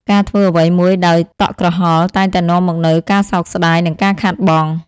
ការធ្វើអ្វីមួយដោយតក់ក្រហល់ តែងតែនាំមកនូវការសោកស្ដាយ និងការខាតបង់។